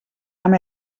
amb